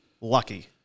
Lucky